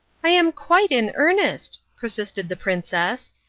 i am quite in earnest, persisted the princess,